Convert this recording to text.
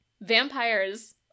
vampires